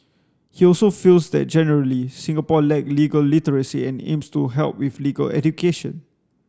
he also feels that generally Singapore lack legal literacy and aims to help with legal education